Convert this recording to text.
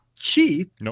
cheap